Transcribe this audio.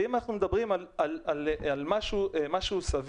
אם אנחנו מדברים על משהו סביר,